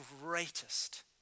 greatest